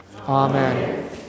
Amen